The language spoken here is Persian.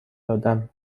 دادم